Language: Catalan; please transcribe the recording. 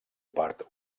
part